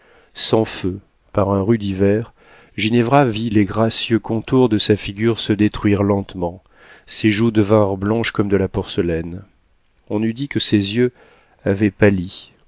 sans feu par un rude hiver ginevra vit les gracieux contours de sa figure se détruire lentement ses joues devinrent blanches comme de la porcelaine on eût dit que ses yeux avaient pâli